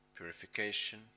Purification